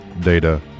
Data